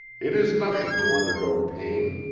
it is nothing to undergo pain,